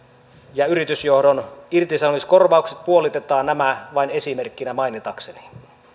ja yritysjohdon irtisanomiskorvaukset puolitetaan nämä vain esimerkkeinä mainitakseni